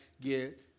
get